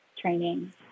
training